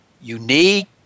unique